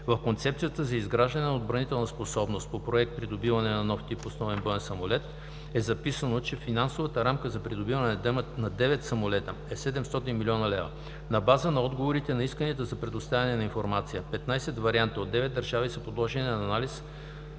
В Концепцията за изграждане на отбранителна способност по Проект „Придобиване на нов тип основен боен самолет“ е записано, че финансовата рамка за придобиване на 9 самолета е 700 млн. лв. На база на отговорите на Исканията за предоставяне на информация (RFI) 15 варианта от 9 държави са подложени на анализ